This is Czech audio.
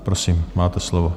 Prosím, máte slovo.